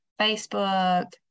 Facebook